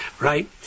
right